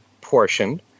portion